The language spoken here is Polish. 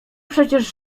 przecież